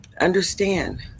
understand